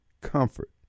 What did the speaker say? comfort